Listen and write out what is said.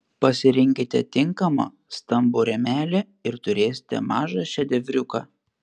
pasirinkite tinkamą stambų rėmelį ir turėsite mažą šedevriuką